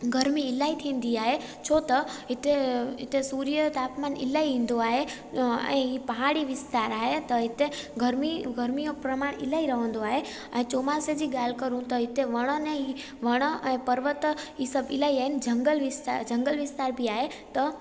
गरमी इलाही थींदी आहे छो त हिते हिते सुर्य तापमानु इलाही ईंदो आहे ऐं इहो पहाड़ी विस्तार आए त हिते गरमी गरमी जो प्रमाण इलाही रहंदो आहे ऐं चोमासे जी ॻाल्हि करू त हिते वणनि ई वणु ऐं पर्वत इहे सभु इलाही आहिनि जंगल विस जंगल विस्तार बि आहे